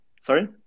Sorry